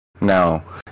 now